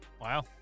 Wow